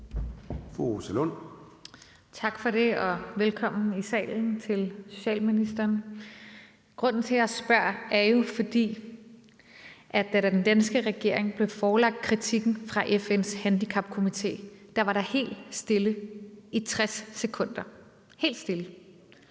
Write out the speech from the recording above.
Lund (EL): Tak for det, og velkommen i salen til socialministeren. Grunden til, at jeg spørger, er jo, at da den danske regering blev forelagt kritikken fra FN's Handicapkomité, var der helt stille i 60 sekunder, helt stille.